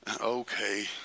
okay